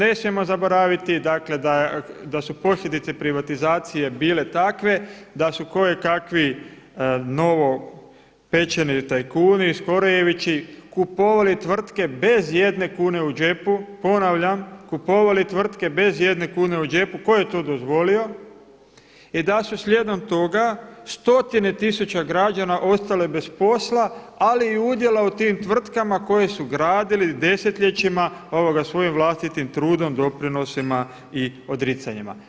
Ne smijemo zaboraviti da su posljedice privatizacije bile takve da su kojekakvi novopečeni tajkuni skorojevići kupovali tvrtke bez jedne kune u džepu, ponavljam, kupovali tvrtke bez jedne kune u džepu, tko je to dozvolio, i da su slijedom toga stotine tisuća građana ostale bez posla ali i udjela u tim tvrtkama koje su gradile desetljećima svojim vlastitim trudom doprinosima i odricanjima.